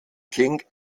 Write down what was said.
king